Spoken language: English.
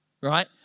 right